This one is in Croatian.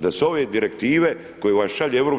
Da su ove direktive koje vam šalje EU